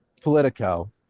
Politico